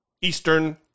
Eastern